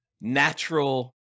natural